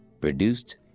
produced